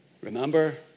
Remember